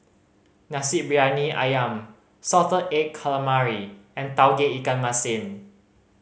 Nasi Briyani Ayam salted egg calamari and Tauge Ikan Masin